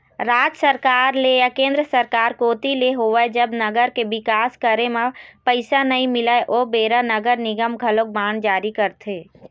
राज सरकार ले या केंद्र सरकार कोती ले होवय जब नगर के बिकास करे म पइसा नइ मिलय ओ बेरा नगर निगम घलोक बांड जारी करथे